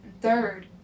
Third